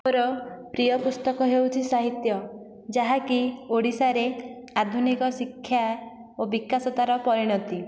ମୋର ପ୍ରିୟ ପୁସ୍ତକ ହେଉଛି ସାହିତ୍ୟ ଯାହାକି ଓଡ଼ିଶାରେ ଆଧୁନିକ ଶିକ୍ଷା ଓ ବିକାଶତାର ପରିଣତି